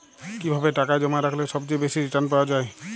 কিভাবে টাকা জমা রাখলে সবচেয়ে বেশি রির্টান পাওয়া য়ায়?